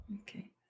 Okay